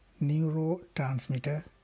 neurotransmitter